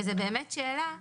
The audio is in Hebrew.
זה באמת שאלה.